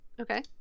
okay